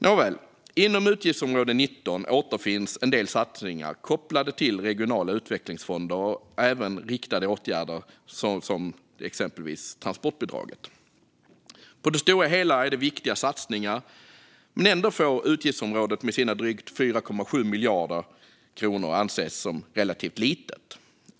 Nåväl - inom utgiftsområde 19 återfinns en del satsningar som är kopplade till regionala utvecklingsfonder. Där finns även riktade åtgärder, som transportbidraget. På det stora hela är det viktiga satsningar, men ändå får utgiftsområdet med sina drygt 4,7 miljarder kronor anses som relativt litet.